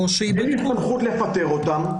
אין לי סמכות לפטר אותם.